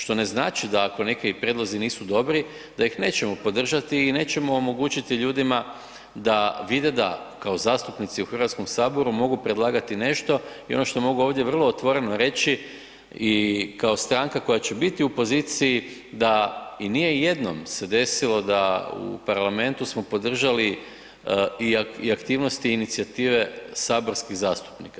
Što ne znači da ako neki prijedlozi nisu dobri da ih nećemo podržati i nećemo omogućiti ljudima da vide da kao zastupnici u Hrvatskom saboru mogu predlagati nešto i ono što mogu ovdje vrlo otvoreno reći i kao stranka koja će biti u poziciji da i nije jednom se desilo da u parlamentu smo podržali i aktivnosti i inicijative saborskih zastupnika.